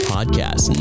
Podcast